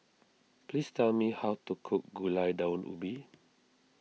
please tell me how to cook Gulai Daun Ubi